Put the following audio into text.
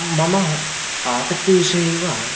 मम आसक्तिविषये एव